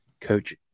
coach